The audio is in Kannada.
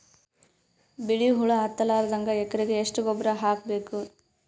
ಬಿಳಿ ಹುಳ ಹತ್ತಲಾರದಂಗ ಎಕರೆಗೆ ಎಷ್ಟು ಗೊಬ್ಬರ ಹಾಕ್ ಬೇಕು?